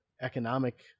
economic